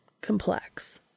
complex